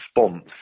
response